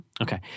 Okay